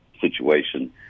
situation